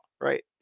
right